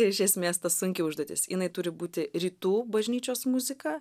iš esmės ta sunki užduotis jinai turi būti rytų bažnyčios muzika